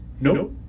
no